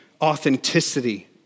authenticity